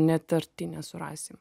net arti nesurasim